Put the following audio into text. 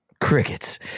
crickets